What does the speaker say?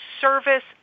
Service